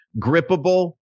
Grippable